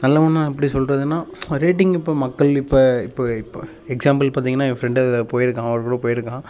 நல்லவன்னு நான் எப்படி சொல்கிறதுன்னா ரேட்டிங் இப்போ மக்கள் இப்போ இப்போ இப்போ எக்ஸாம்பிள் பார்த்தீங்கன்னா என் ஃப்ரெண்டு அதில் போயிருக்கான் அவர் கூட போயிருக்கான்